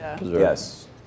Yes